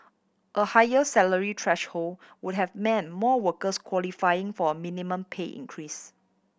a higher salary threshold would have meant more workers qualifying for a minimum pay increase